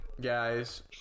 guys